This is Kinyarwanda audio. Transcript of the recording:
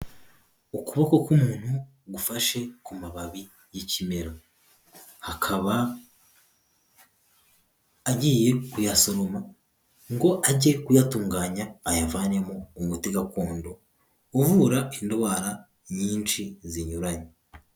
Ukuboko k'umuntu gufashe ku mababi y'ikimera, akaba agiye kuyasoroma ngo ajye kuyatunganya ayavanemo umuti gakondo uvura indwara nyinshi zinyuranye.